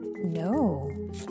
no